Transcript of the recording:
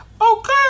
okay